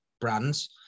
brands